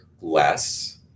less